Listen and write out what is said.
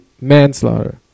manslaughter